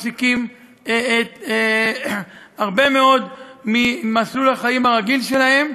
מפסיקים הרבה מאוד ממסלול החיים הרגיל שלהם,